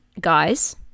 guys